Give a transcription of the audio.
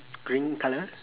green colour